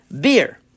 beer